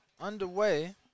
underway